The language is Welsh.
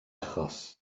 achos